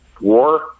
war